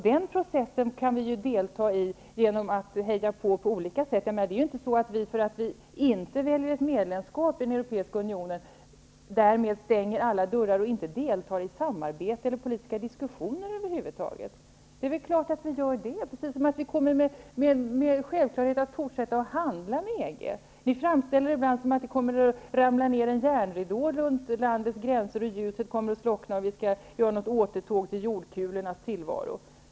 Den processen kan vi delta i genom att på olika sätt heja på. Det är ju inte så att vi inte deltar i samarbete och politiska diskussioner över huvud taget och att vi stänger alla dörrar därför att vi inte väljer ett medlemskap i den europeiska unionen -- självfallet inte. Självfallet kommer vi att fortsätta att handla med EG. Ibland framställs det hela av Folkpartiet som att det kommer att ramla ned en järnridå runt landets gränser, ljuset kommer att slockna och det blir ett återtåg till jordkulornas tillvaro.